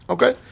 Okay